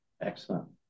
excellent